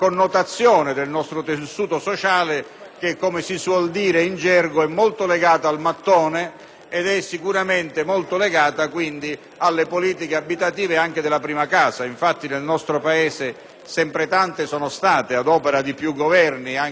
sicuramente alle politiche abitative della prima casa. Infatti, nel nostro Paese sempre tanti sono stati, ad opera di più Governi anche di vario indirizzo politico, gli interventi a favore dell'acquisto della prima casa,